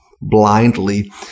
blindly